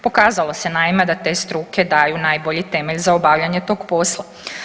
Pokazalo se naime da te struke daju najbolji temelj za obavljanje tog posla.